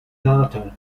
data